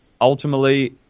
ultimately